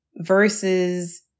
versus